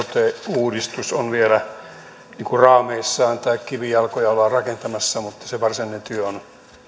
uudistus on vielä raameissaan tai kivijalkoja ollaan rakentamassa mutta se varsinainen työ on